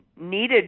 needed